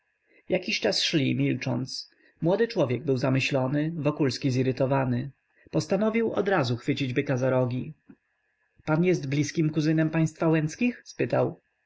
jakiś czas szli milcząc młody człowiek był zamyślony wokulski zirytowany postanowił odrazu chwycić byka za rogi pan jest bliskim kuzynem państwa łęckich zapytał